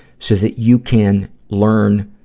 so that you can learn